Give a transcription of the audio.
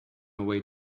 away